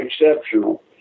exceptional